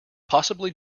possibly